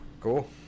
Cool